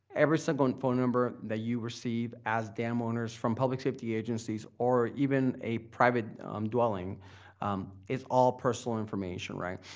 every simple and phone number that you receive as dam owners from public safety agencies, or even a private dwelling is all personal information, right?